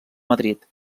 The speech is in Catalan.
madrid